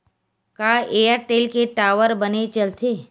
का एयरटेल के टावर बने चलथे?